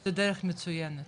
זה דרך מצוינת,